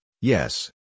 yes